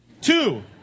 Two